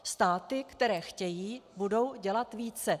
Státy, které chtějí, budou dělat více.